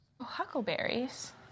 Huckleberries